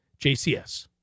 jcs